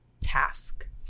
task